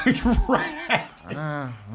Right